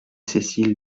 cécile